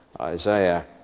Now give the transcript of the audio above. Isaiah